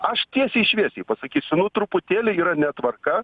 aš tiesiai šviesiai pasakysiu nu truputėlį yra netvarka